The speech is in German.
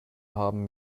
haben